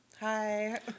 Hi